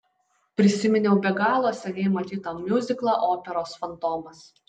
prisiminiau be galo seniai matytą miuziklą operos fantomas